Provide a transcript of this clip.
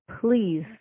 please